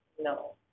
No